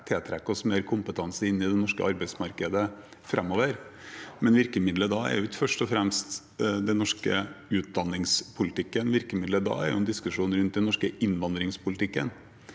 tiltrekke oss mer kompetanse inn i det norske arbeidsmarkedet framover, men virkemiddelet da er ikke først og fremst den norske utdanningspolitikken. Virkemiddelet da er en diskusjon rundt den norske innvandringspolitikken.